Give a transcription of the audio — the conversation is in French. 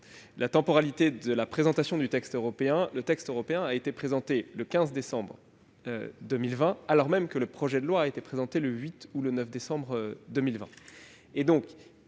de temporalité que je souhaite rappeler. Le texte européen a été présenté le 15 décembre 2020, alors même que le projet de loi a été présenté le 8 ou le 9 décembre 2020. La France